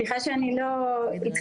סליחה שאני לא איתכם,